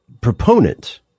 proponent